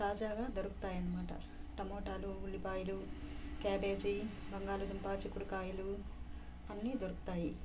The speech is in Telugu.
తాజాగా దొరుకుతాయన్నమాట టమోటాలు ఉల్లిపాయలు క్యాబేజి బంగాళాదుంప చిక్కుడుకాయలు అన్నీ దొరుకుతాయి